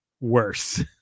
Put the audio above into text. worse